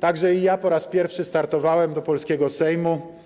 także i ja po raz pierwszy startowałem w wyborach do polskiego Sejmu.